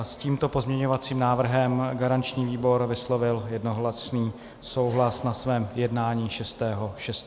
S tímto pozměňovacím návrhem garanční výbor vyslovil jednohlasný souhlas na svém jednání 6. 6.